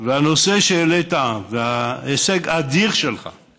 והנושא שהעלית, ההישג האדיר שלך זה